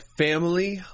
family